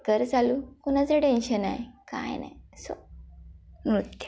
कर चालू कुणाचं टेन्शन नाही काय नाही सो नृत्य